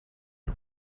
who